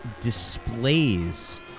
displays